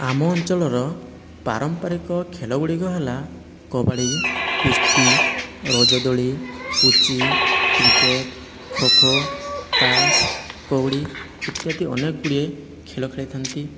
ଆମ ଅଞ୍ଚଳର ପାରମ୍ପାରିକ ଖେଳ ଗୁଡ଼ିକ ହେଲା କବାଡ଼ି କୁସ୍ତି ରଜଦୋଳି ପୁଚି କ୍ରିକେଟ ଖୋଖୋ ତାସ କଉଡ଼ି ଇତ୍ୟାଦି ଅନେକ ଗୁଡ଼ିଏ ଖେଳ ଖେଳିଥାନ୍ତି